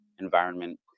environment